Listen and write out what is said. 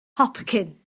hopcyn